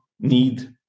need